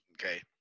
okay